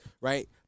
right